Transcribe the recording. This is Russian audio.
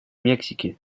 мексики